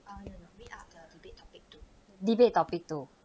debate topic two